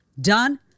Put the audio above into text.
Done